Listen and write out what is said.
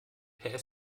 per